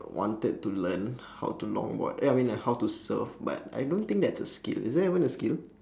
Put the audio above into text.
wanted to learn how to longboard ya I mean like how to surf but I don't think that is a skill is that even a skill